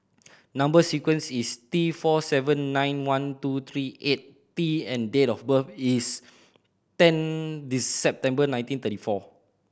number sequence is T four seven nine one two three eight T and date of birth is ten September nineteen thirty four